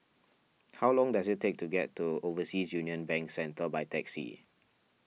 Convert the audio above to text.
how long does it take to get to Overseas Union Bank Centre by taxi